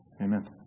Amen